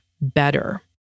better